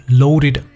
loaded